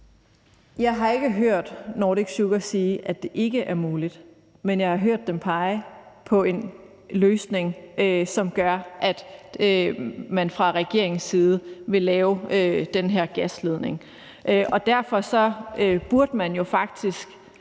Jeg har ikke hørt Nordic Sugar sige, at det ikke er muligt. Men jeg har hørt dem pege på en løsning, som gør, at man fra regeringens side vil lave den her gasledning. Derfor burde man jo faktisk